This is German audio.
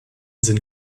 sind